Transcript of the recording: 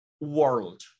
world